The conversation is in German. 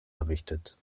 errichtet